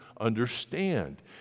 understand